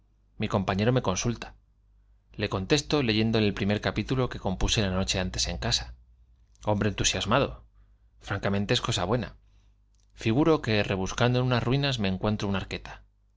mi compañero me consulta le contesto leyéndole el primer capítulo que compuse la noche antes en casa i hombre entusiasmado francamente la cosa buena es figuro que robuscando en unas ruinas me encuentro una arqueta